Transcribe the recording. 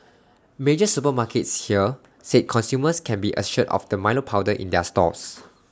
major supermarkets here said consumers can be assured of the milo powder in their stores